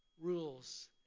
rules